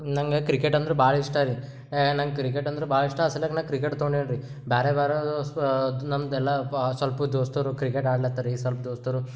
ನಂಗೆ ಕ್ರಿಕೆಟ್ ಅಂದರೆ ಭಾಳ ಇಷ್ಟರೀ ಏ ನಂಗೆ ಕ್ರಿಕೆಟ್ ಅಂದರೆ ಭಾಳ ಇಷ್ಟ ಅಸಲ್ಯಾಗ ನಾ ಕ್ರಿಕೆಟ್ ತಗೊಂಡ್ಯಾನ್ರಿ ಎ ಬೇರೆ ಬೇರೆ ದೋಸ್ತ್ ಅದು ನಮ್ಮದೆಲ್ಲ ಫಾ ಸ್ವಲ್ಪ ದೋಸ್ತರು ಕ್ರಿಕೆಟ್ ಆಡ್ಲತ್ತಿರಿ ಸ್ವಲ್ಪ ದೋಸ್ತರು